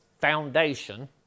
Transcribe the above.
foundation